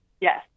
Yes